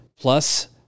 plus